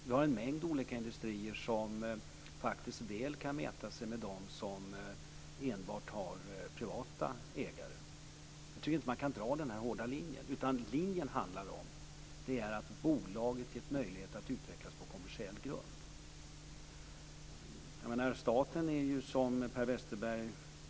Vi har en mängd olika industrier som faktiskt väl kan mäta sig med dem som enbart har privata ägare. Jag tycker inte att man kan dra den här skarpa linjen. Det handlar om att bolaget ges möjlighet att utvecklas på en kommersiell grund.